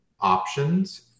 options